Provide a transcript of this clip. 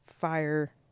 fire